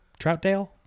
Troutdale